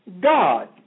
God